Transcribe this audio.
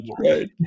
right